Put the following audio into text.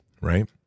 right